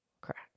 Correct